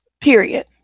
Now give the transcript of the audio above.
period